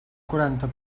quaranta